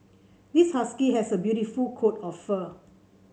this husky has a beautiful coat of fur